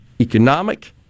economic